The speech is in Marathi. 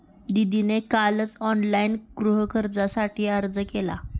दीदीने कालच ऑनलाइन गृहकर्जासाठी अर्ज केला